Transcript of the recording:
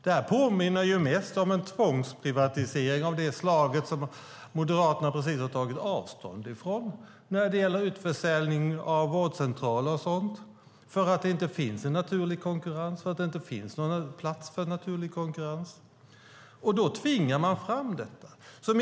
Det här påminner mest om en tvångsprivatisering av det slag som Moderaterna precis har tagit avstånd från när det gäller utförsäljning av vårdcentraler och annat eftersom det inte finns plats för en naturlig konkurrens. Då tvingar man fram detta.